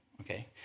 Okay